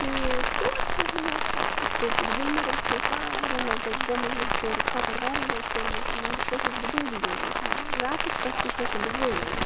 تہٕ تور چھِس بہٕ یَژھان اِتھ پٲٹھۍ گُلمرگ چھِ أسۍ وارِیاہ لَٹہِ حظ گٔمٕتۍ مےٚ چھُ تورُک سفر وارِیاہ لَٹہِ کوٚرمُت مگر سۄ چھَس بہٕ دۄہلی دۄہلی کَران راتس پٮ۪ٹھ تہِ چھَس نہٕ بہٕ زٕہٕے گٔمٕژ